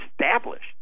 established